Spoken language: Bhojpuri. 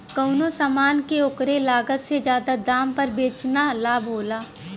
कउनो समान के ओकरे लागत से जादा दाम पर बेचना लाभ होला